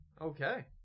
Okay